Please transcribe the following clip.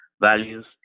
values